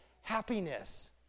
happiness